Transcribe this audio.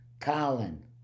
Colin